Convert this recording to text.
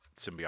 symbiotic